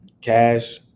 cash